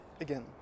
Again